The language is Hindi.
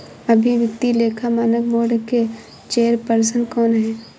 अभी वित्तीय लेखा मानक बोर्ड के चेयरपर्सन कौन हैं?